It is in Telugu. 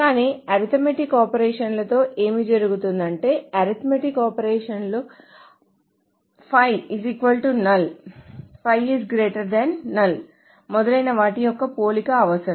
కానీ అరిథిమాటిక్ ఆపరేషన్ లతో ఏమి జరుగుతుందంటే అరిథిమాటిక్ ఆపరేషన్లకు 5 null 5 null మొదలైన వాటి యొక్క పోలిక అవసరం